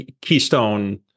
keystone